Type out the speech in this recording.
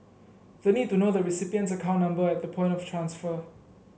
the need to know the recipient's account number at the point of transfer